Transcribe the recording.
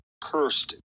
cursed